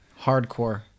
Hardcore